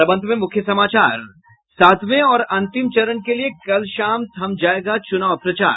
और अब अंत में मुख्य समाचार सातवें और अंतिम चरण के लिए कल शाम थम जायेगा चुनाव प्रचार